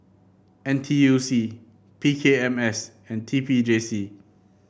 N T U C P K M S and T P J C